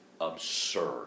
absurd